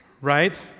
right